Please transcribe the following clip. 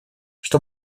что